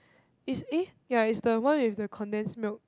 is eh ya is the one with the condensed milk